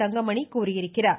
தங்கமணி கூறியிருக்கிறார்